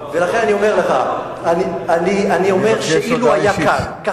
ולכן אני אומר לך, אני אומר, אני מבקש